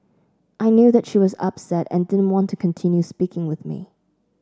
I knew that she was upset and didn't want to continue speaking with me